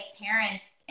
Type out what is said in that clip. parents